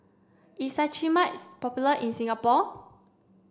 is Cetrimide is popular in Singapore